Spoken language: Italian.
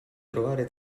trovare